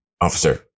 officer